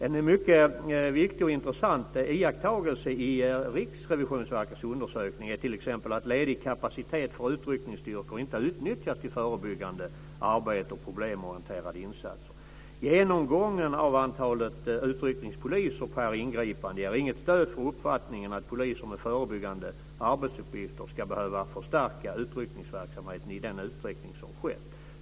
En mycket viktig och intressant iakttagelse i Riksrevisionsverkets undersökning är t.ex. att ledig kapacitet för utryckningsstyrkor inte utnyttjats till förebyggande arbete och problemorienterade insatser. Genomgången av antalet utryckningspoliser per ingripande ger inget stöd för uppfattningen att poliser med förebyggande arbetsuppgifter ska behöva förstärka utryckningsverksamheten i den utsträckning som skett.